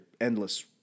Endless